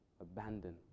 abandon